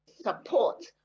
support